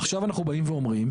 עכשיו אנחנו באים ואומרים.